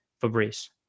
Fabrice